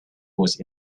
was